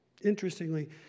Interestingly